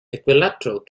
equilateral